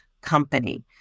company